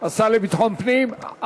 השר לביטחון פנים.